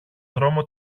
δρόμο